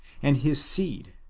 and his seed,